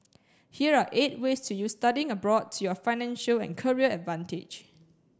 here are eight ways to use studying abroad to your financial and career advantage